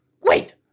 Wait